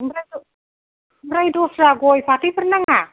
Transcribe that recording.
ओमफ्राय ओमफ्राय दस्रा गय फाथैफोर नाङा